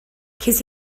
ces